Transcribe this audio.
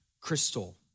crystal